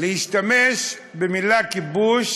להשתמש במילה כיבוש,